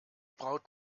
braut